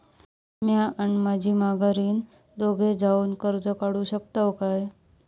म्या आणि माझी माघारीन दोघे जावून कर्ज काढू शकताव काय?